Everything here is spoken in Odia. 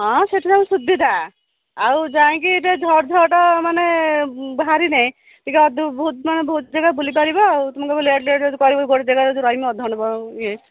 ହଁ ସେଥିରେ ଆଉ ସୁବିଧା ଆଉ ଯାଇଁ କି ଧଡ଼ ଧଡ଼ ମାନେ ବାହାରିଲେ ଟିକେ ଅଦ୍ଭୂତ ମାନେ ବହୁତ୍ ଜାଗା ବୁଲିପାରିବ ଆଉ ତୁମକୁ ଲେଟ୍ ଲେଟ୍ ଯଦି କହିବ ଗୋଟେ ଜାଗାରେ ଯଦି ରହିବିଁ ଅଧ ଘଣ୍ଟାରେ ଇଏ